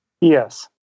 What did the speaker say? Yes